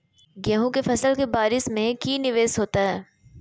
गेंहू के फ़सल के बारिस में की निवेस होता है?